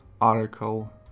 article